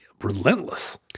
relentless